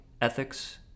ethics